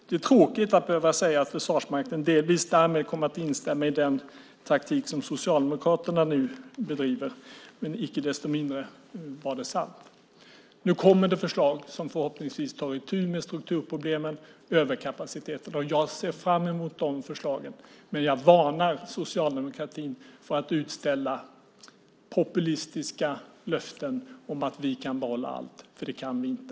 Det är tråkigt att behöva säga att Försvarsmakten därmed delvis kommer att instämma i den taktik som Socialdemokraterna nu bedriver, men icke desto mindre är det sant. Nu kommer förslag som förhoppningsvis tar itu med strukturproblemen och överkapaciteten. Jag ser fram emot de förslagen, men jag varnar socialdemokratin för att utställa populistiska löften om att vi kan behålla allt, för det kan vi inte.